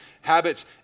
habits